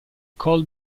col